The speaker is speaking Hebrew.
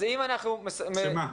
שמה?